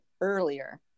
earlier